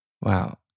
Wow